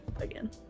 again